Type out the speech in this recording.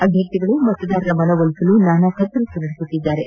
ಅಭ್ವರ್ಥಿಗಳು ಮತದಾರರ ಮನವೊಲಿಸಲು ನಾನಾ ಕಸರತ್ತು ನಡೆಸುತ್ತಿದ್ದಾರೆ